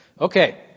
Okay